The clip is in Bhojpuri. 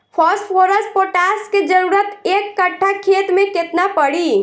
फॉस्फोरस पोटास के जरूरत एक कट्ठा खेत मे केतना पड़ी?